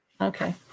Okay